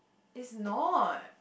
is not